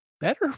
better